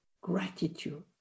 gratitude